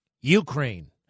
Ukraine